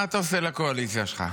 מה אתה עושה לקואליציה שלך?